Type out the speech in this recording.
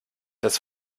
das